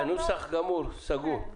הנוסח גמור, סגור.